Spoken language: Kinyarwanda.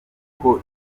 kuko